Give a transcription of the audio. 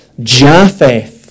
Japheth